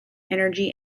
energy